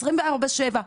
24/7,